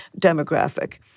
demographic